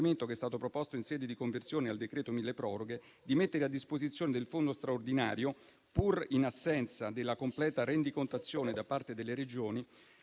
che è stato proposto in sede di conversione al decreto mille proroghe, di mettere a disposizione del fondo straordinario, pur in assenza della completa rendicontazione da parte delle Regioni